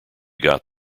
got